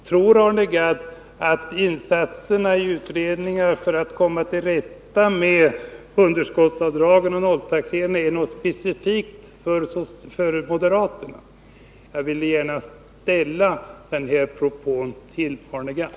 Tror Arne Gadd att insatserna i utredningar för att komma till rätta med underskottsavdragen och nolltaxeringarna är någonting specifikt för moderaterna? Jag ville gärna ställa de här frågorna till Arne Gadd.